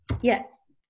Yes